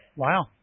Wow